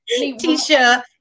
Tisha